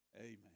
Amen